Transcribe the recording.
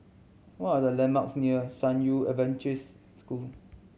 what are the landmarks near San Yu Adventist School